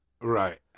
right